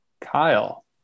Kyle